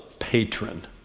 patron